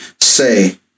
say